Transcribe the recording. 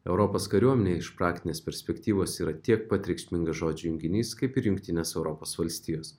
europos kariuomenė iš praktinės perspektyvos yra tiek pat reikšmingas žodžių junginys kaip ir jungtinės europos valstijos